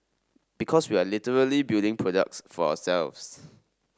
because we are literally building products for ourselves